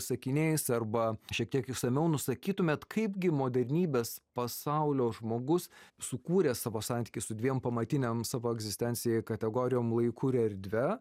sakiniais arba šiek tiek išsamiau nusakytumėt kaipgi modernybės pasaulio žmogus sukūręs savo santykį su dviem pamatinėm savo egzistencijai kategorijom laiku ir erdve